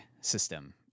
system